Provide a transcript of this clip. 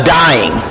dying